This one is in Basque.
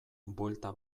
buelta